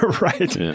right